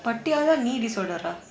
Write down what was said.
பட்டியளால:pattiyalaala knee disorder